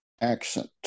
accent